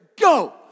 Go